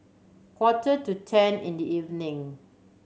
quarter to ten in the evening